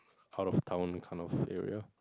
out of town kind of area